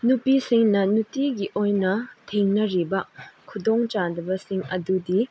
ꯅꯨꯄꯤꯁꯤꯡꯅ ꯅꯨꯡꯇꯤꯒꯤ ꯑꯣꯏꯅ ꯊꯦꯡꯅꯔꯤꯕ ꯈꯨꯗꯣꯡꯆꯥꯗꯕꯁꯤꯡ ꯑꯗꯨꯗꯤ